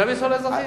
שיעמיסו על האזרחים.